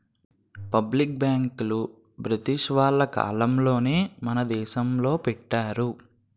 public బ్యాంకులు British వాళ్ళ కాలంలోనే మన దేశంలో పెట్టారు